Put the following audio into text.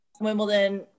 Wimbledon